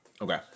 Okay